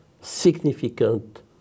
significant